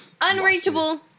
unreachable